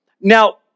Now